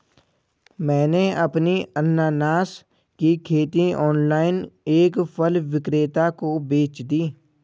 मैंने अपनी अनन्नास की खेती ऑनलाइन एक फल विक्रेता को बेच दी